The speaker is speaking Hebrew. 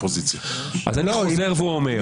חוזר ואומר: